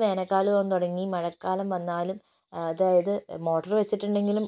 വേനൽക്കാലം ആവാൻ തുടങ്ങി മഴക്കാലം വന്നാലും അതായത് മോട്ടറ് വച്ചിട്ടുണ്ടെങ്കിലും